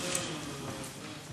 שר הבריאות,